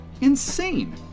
Insane